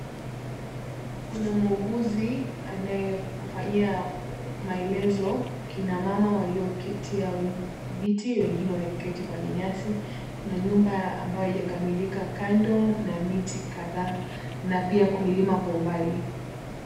Kuna muuguzi anayewafanyia maelezo kina mama walioketia viti wengine wameketi kwenye nyasi kuna nyumba ambayo haijakamilika kando na miti kadhaa na pia kwa milima kwa umbali.